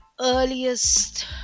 earliest